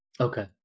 Okay